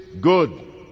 good